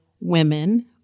women